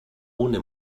ohne